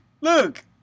Look